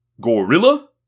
Gorilla